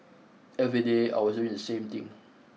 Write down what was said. every day I was doing the same thing